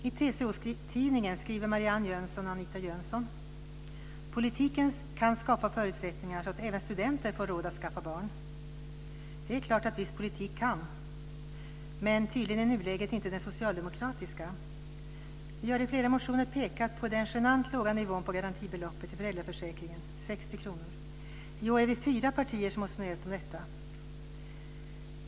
I TCO-tidningen skriver Marianne Jönsson och Anita Jönsson: "Politiken kan skapa förutsättningar så att även studenter har råd att skaffa barn." Det är klart att viss politik kan, men tydligen i nuläget inte den socialdemokratiska. Vi har i flera motioner pekat på den genant låga nivån på garantibeloppet i föräldraförsäkringen, 60 kr. I år är vi fyra partier som har motionerat om detta.